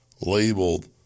labeled